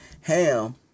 ham